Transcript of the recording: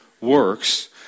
works